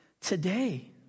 today